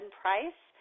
price